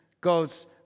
goes